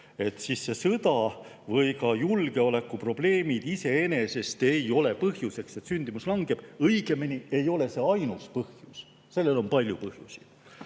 Nii et sõda või ka julgeolekuprobleemid iseenesest ei ole põhjuseks, miks sündimus langeb. Õigemini ei ole need ainus põhjus, sellel on palju põhjusi.